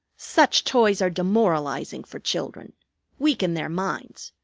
such toys are demoralizing for children weaken their minds.